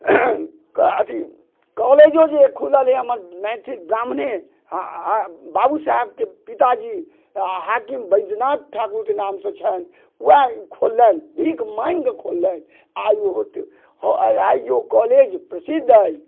अथि कोलेजो जे खुलल अछि हमर मैथिल ब्राह्मणे बाबू साहेबके पिताजी हाकिम बैजनाथ ठाकुरके नाम से छनि वएह ई खोललनि भीख माॅंगिके खोललनि आइ जे ओ कॉलेज प्रसिद्ध अछि